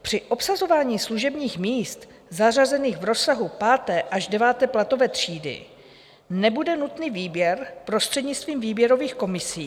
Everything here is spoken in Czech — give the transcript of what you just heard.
Při obsazování služebních míst zařazených v rozsahu 5. až 9. platové třídy nebude nutný výběr prostřednictvím výběrových komisí.